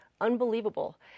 unbelievable